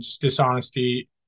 dishonesty